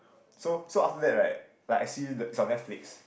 so so after that right like I see is on Netflix